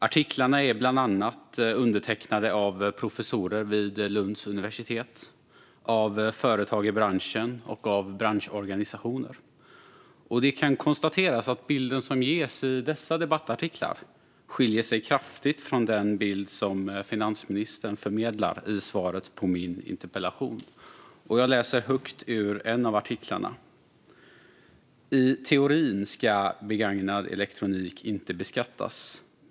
Artiklarna är undertecknade av bland andra professorer vid Lunds universitet, företag i branschen och branschorganisationer. Det kan konstateras att bilden som ges i dessa debattartiklar skiljer sig kraftigt från den bild som finansministern förmedlar i svaret på min interpellation. Jag läser högt ur en av artiklarna: "I teorin ska begagnad elektronik inte beskattas.